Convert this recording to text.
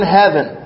heaven